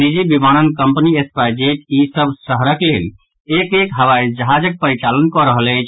निजी विमानन company SpiceJet ई सभ शहरक लेल एक एक हवाई जहाजक परिचालन कऽ रहल अछि